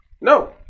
No